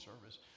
service